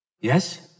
Yes